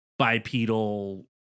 bipedal